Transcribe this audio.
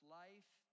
life